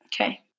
Okay